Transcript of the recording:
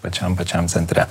pačiam pačiam centre